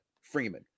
Freeman